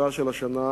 התוצאה של השנה,